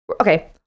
okay